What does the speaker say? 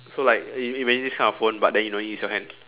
so like i~ imagine this kind of phone but then you don't to use your hand